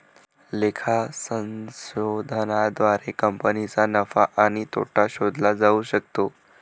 लेखा संशोधनाद्वारे कंपनीचा नफा आणि तोटा शोधला जाऊ शकतो